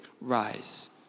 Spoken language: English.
rise